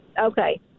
Okay